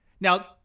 Now